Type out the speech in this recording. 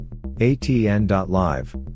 ATN.Live